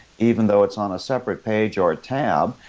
even though it's on a separate page or a tab,